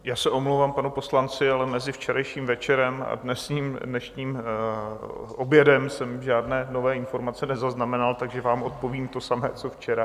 Já se omlouvám panu poslanci, ale mezi včerejším večerem a dnešním obědem jsem žádné nové informace nezaznamenal, takže vám odpovím to samé co včera.